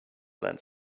then